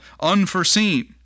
unforeseen